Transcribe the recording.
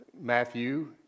Matthew